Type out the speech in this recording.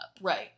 right